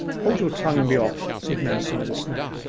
hold your tongue, and be off said manston with a snap.